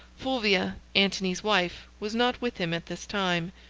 fulvia, antony's wife, was not with him at this time.